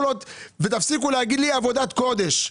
ותפסיקו להגיד לי עבודת קודש.